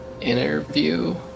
interview